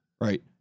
right